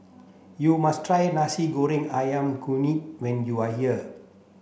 you must try Nasi Goreng Ayam Kunyit when you are here